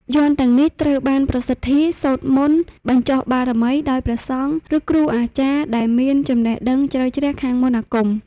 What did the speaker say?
យ័ន្តទាំងនេះត្រូវបានប្រសិទ្ធី សូត្រមន្តបញ្ចុះបារមី ដោយព្រះសង្ឃ ឬគ្រូអាចារ្យដែលមានចំណេះដឹងជ្រៅជ្រះខាងមន្តអាគម។